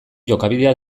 jokabidea